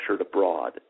abroad